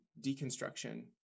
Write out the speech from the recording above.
deconstruction